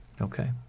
Okay